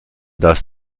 das